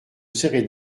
serai